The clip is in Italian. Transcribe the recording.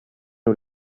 non